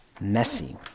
messy